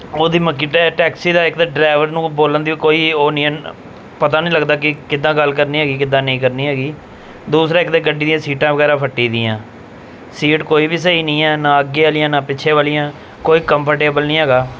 ਉਹਦੀ ਮਤਲਬ ਕਿ ਟੈ ਟੈਕਸੀ ਦਾ ਇੱਕ ਤਾਂ ਡਰਾਈਵਰ ਨੂੰ ਬੋਲਣ ਦੀ ਕੋਈ ਉਹ ਨਹੀਂ ਹੈ ਪਤਾ ਨਹੀਂ ਲੱਗਦਾ ਕਿ ਕਿੱਦਾਂ ਗੱਲ ਕਰਨੀ ਹੈਗੀ ਕਿੱਦਾਂ ਨਹੀਂ ਕਰਨੀ ਹੈਗੀ ਦੂਸਰਾ ਇੱਕ ਤਾਂ ਇਹ ਗੱਡੀ ਦੀਆਂ ਸੀਟਾਂ ਵਗੈਰਾ ਫੱਟੀ ਦੀਆਂ ਸੀਟ ਕੋਈ ਵੀ ਸਹੀ ਨਹੀਂ ਹੈ ਨਾ ਅੱਗੇ ਵਾਲੀਆਂ ਨਾ ਪਿੱਛੇ ਵਾਲੀਆਂ ਕੋਈ ਕੰਫਰਟੇਬਲ ਨਹੀਂ ਹੈਗਾ